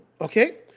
Okay